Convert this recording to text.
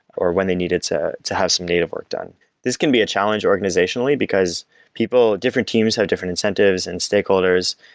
or when they needed to to have some native work done this can be a challenge organizationally, because people different teams have different incentives and stakeholders,